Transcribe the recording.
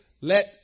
let